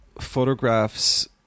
photographs